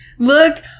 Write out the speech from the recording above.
Look